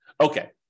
Okay